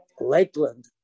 lakeland